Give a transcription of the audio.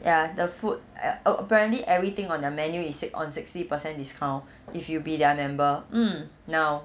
ya the food oh apparently everything on their menu is six on sixty percent discount if you be their member mm now